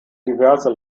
diverse